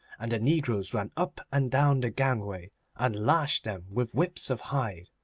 and the negroes ran up and down the gangway and lashed them with whips of hide.